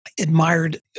admired